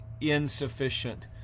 insufficient